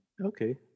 okay